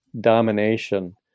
domination